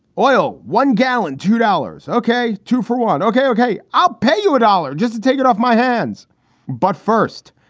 oil one gallon, two dollars. ok, two for one. ok. ok. i'll pay you a dollar just to take it off my hands but first,